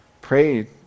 Pray